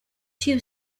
two